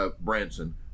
Branson